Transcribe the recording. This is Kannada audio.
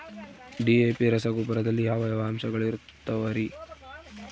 ಡಿ.ಎ.ಪಿ ರಸಗೊಬ್ಬರದಲ್ಲಿ ಯಾವ ಯಾವ ಅಂಶಗಳಿರುತ್ತವರಿ?